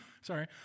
sorry